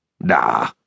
Nah